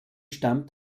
stammt